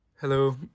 Hello